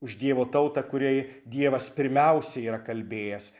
už dievo tautą kuriai dievas pirmiausia yra kalbėjęs